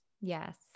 yes